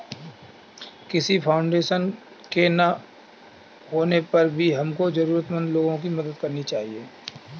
किसी फाउंडेशन के ना होने पर भी हमको जरूरतमंद लोगो की मदद करनी चाहिए